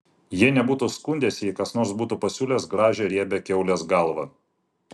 jie nebūtų skundęsi jei kas nors būtų pasiūlęs gražią riebią kiaulės galvą